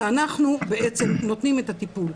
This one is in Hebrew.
שאנחנו בעצם נותנים את הטיפול.